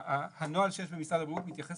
הנוהל שיש במשרד הבריאות מתייחס